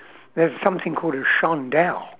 there's something called a chandelle